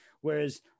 Whereas